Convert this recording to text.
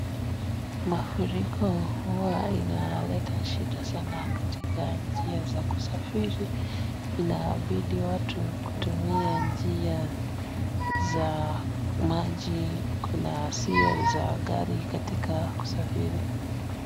Mafuriko huwa inaleta shida sana katika njia za kusafiri inabidi watu watumie njia za maji kuna ziwa za gari katika kusafiri